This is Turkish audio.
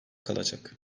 kalacak